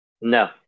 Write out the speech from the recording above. No